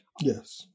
Yes